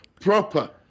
proper